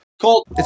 Colt